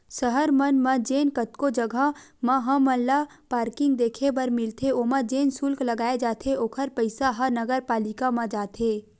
सहर मन म जेन कतको जघा म हमन ल पारकिंग देखे बर मिलथे ओमा जेन सुल्क लगाए जाथे ओखर पइसा ह नगरपालिका म जाथे